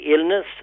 illness